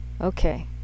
Okay